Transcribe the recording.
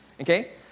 Okay